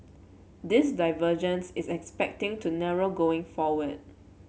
this divergence is expecting to narrow going forward